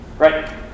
Right